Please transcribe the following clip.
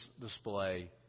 display